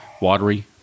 watery